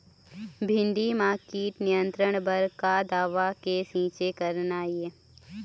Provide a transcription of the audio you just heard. भिंडी म कीट नियंत्रण बर का दवा के छींचे करना ये?